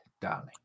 darling